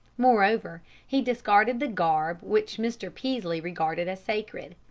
moreover, he discarded the garb which mr. peaslee regarded as sacred.